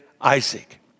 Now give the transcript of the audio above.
Isaac